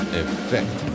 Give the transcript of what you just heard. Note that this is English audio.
effect